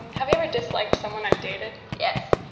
have you ever disliked someone i've dated? yes.